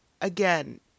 Again